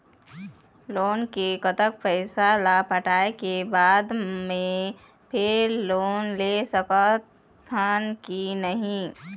Loan के कतक पैसा ला पटाए के बाद मैं फिर लोन ले सकथन कि नहीं?